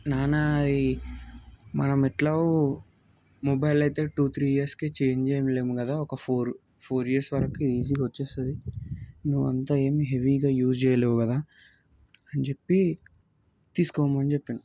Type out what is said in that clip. నాన్న అది మనం ఎట్లా మొబైల్ అయితే టూ త్రీ ఇయర్స్కి చేంజ్ చేయములేము కదా ఒక ఫోర్ ఫోర్ ఇయర్స్ వరకు ఇది ఈజీగా వచ్చేస్తుంది నువ్వు అంత ఏం హెవీగా యూజ్ చేయలేవు కదా అని చెప్పి తీసుకోమని చెప్పిండు